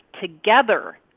together